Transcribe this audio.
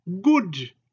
Good